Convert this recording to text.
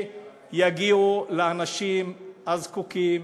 יגיעו לאנשים הזקוקים,